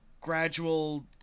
gradual